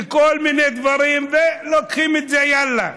כל מיני דברים, ולוקחים את זה, יאללה.